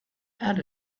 add